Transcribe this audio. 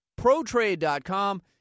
ProTrade.com